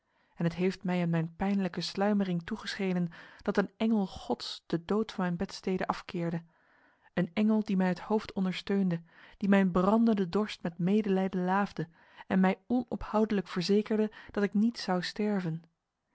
en het heeft mij in mijn pijnlijke sluimering toegeschenen dat een engel gods de dood van mijn bedstede afkeerde een engel die mij het hoofd ondersteunde die mijn brandende dorst met medelijden laafde en mij onophoudelijk verzekerde dat ik niet zou sterven